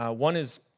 ah one is,